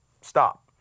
stop